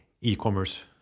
e-commerce